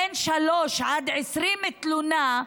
בין שלוש ל-20 תלונות,